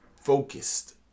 focused